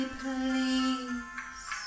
please